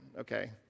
okay